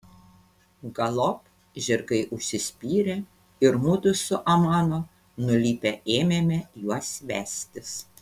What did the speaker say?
galop žirgai užsispyrė ir mudu su amano nulipę ėmėme juos vestis